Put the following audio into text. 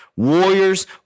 Warriors